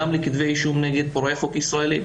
גם לכתבי אישום כנגד פורעי חוק ישראלים.